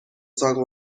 song